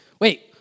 wait